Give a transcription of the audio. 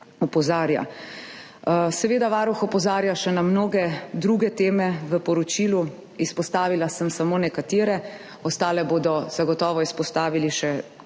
Seveda Varuh opozarja še na mnoge druge teme v poročilu, izpostavila sem samo nekatere, ostale bodo zagotovo izpostavili še kolegi